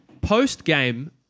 post-game